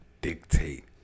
dictate